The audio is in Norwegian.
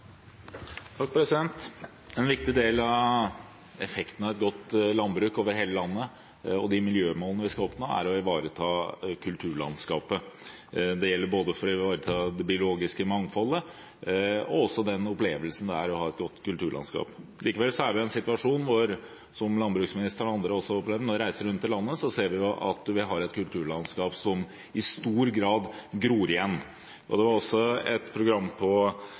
En viktig del av effekten av et godt landbruk over hele landet og de miljømålene vi skal oppnå, er å ivareta kulturlandskapet. Det gjelder både for å ivareta det biologiske mangfoldet og også den opplevelsen det er å ha et godt kulturlandskap. Likevel er vi i en situasjon, som landbruksministeren og andre også opplever når de reiser rundt i landet, hvor vi ser at vi har et kulturlandskap som i stor grad gror igjen. Det var et program på